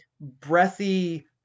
breathy